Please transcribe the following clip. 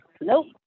Nope